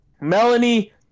Melanie